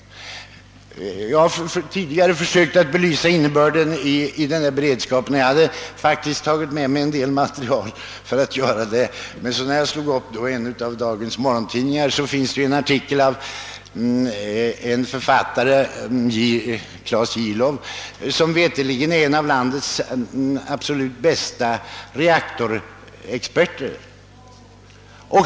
Jag har tidigare försökt belysa innebörden i denna beredskap, och jag hade faktiskt tagit med mig en del material för att göra det i dag också, men när jag slog upp en av dagens morgontidningar fann jag där en artikel författad av Klas Jirlow, som veterligen är en av landets erkända reaktorexperter.